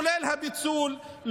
כולל הפיצול,